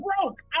broke